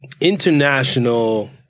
international